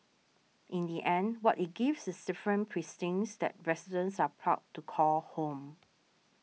in the end what it gives is different precincts that residents are proud to call home